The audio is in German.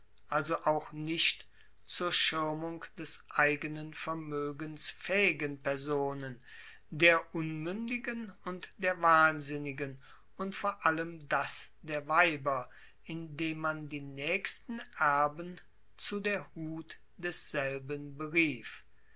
also auch nicht zur schirmung des eigenen vermoegens faehigen personen der unmuendigen und der wahnsinnigen und vor allem das der weiber indem man die naechsten erben zu der hut desselben berief